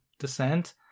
descent